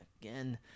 again